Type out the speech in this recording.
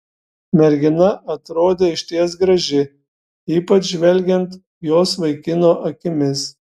mergina atrodė išties graži ypač žvelgiant jos vaikino akimis